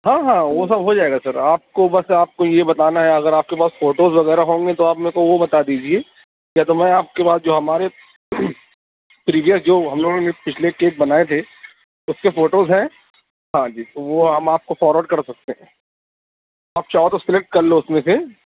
ہاں ہاں وہ سب ہو جائے گا سر آپ کو بس آپ کو یہ بتانا ہے اگر آپ کے پاس فوٹوز وغیرہ ہوں گے تو آپ میرے کو وہ بتا دیجیے یا تو میں آپ کے پاس جو ہمارے پریویس جو ہم لوگوں نے پچھلے کیک بنائے تھے اس کے فوٹوز ہیں ہاں جی تو وہ ہم آپ کو فاروڈ کر سکتے ہیں آپ چاہو تو سلیکٹ کر لو اس میں سے